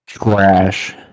Crash